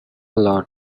lot